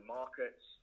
markets